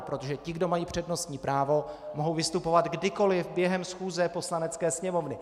Protože ti, kdo mají přednostní právo, mohou vystupovat kdykoli během schůze Poslanecké sněmovny.